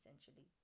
essentially